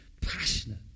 passionate